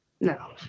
No